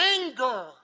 anger